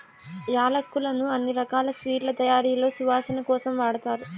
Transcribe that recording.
యాలక్కులను అన్ని రకాల స్వీట్ల తయారీలో సువాసన కోసం వాడతారు